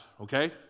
okay